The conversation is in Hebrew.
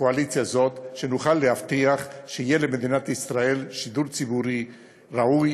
הקואליציה הזאת נוכל להבטיח שיהיה למדינת ישראל שידור ציבורי ראוי,